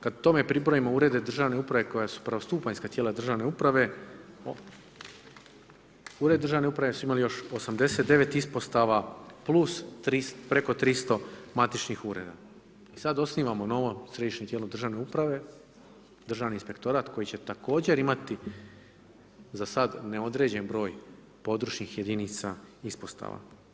Kad tome pribrojimo urede državne uprave koja su prvostupanjska tijela državne uprave uredi državne uprave su imali još 89 ispostava, plus preko 300 matičnih ureda i sad osnivamo novo središnje tijelo državne uprave, Državni inspektorat koji će također imati zasad neodređen broj područnih jedinica i ispostava.